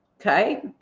okay